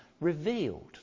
revealed